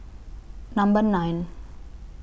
Number nine